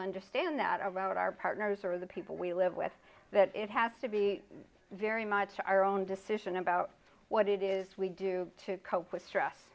understand that our road our partners are the people we live with that it has to be very much our own decision about what it is we do to cope with stress